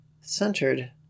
centered